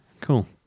Cool